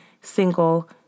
single